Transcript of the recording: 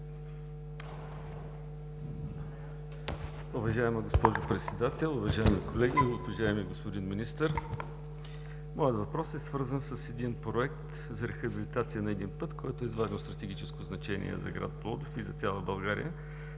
Уважаема госпожо Председател, уважаеми колеги, уважаеми господин Министър! Моят въпрос е свързан с един проект за рехабилитация на един път, който е с важно стратегическо значение за град Пловдив и за цяла България,